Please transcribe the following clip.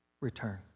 return